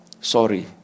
sorry